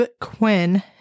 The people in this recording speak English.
Quinn